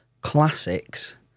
classics